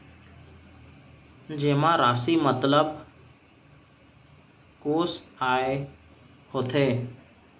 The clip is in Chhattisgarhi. जेमा राशि मतलब कोस आय होथे?